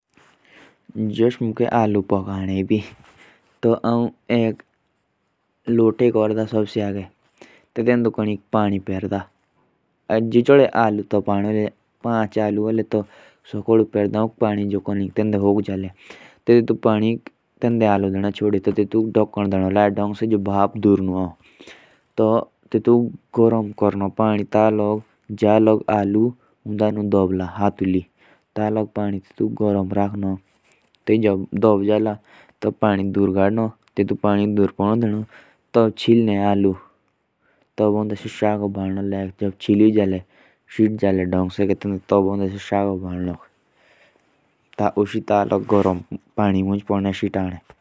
जैसे मुझे आलू गरम करने हैं। तो उसमें पानी ज़्यादा छोड़ो बस। और फिर उसे दो से तीन बार उबालो तब जाके आलू गरम हो जाएंगे।